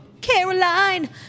Caroline